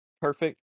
Perfect